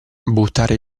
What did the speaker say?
buttare